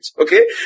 Okay